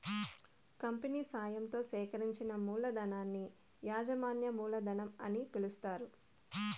company సాయంతో సేకరించిన మూలధనాన్ని యాజమాన్య మూలధనం అని పిలుస్తారు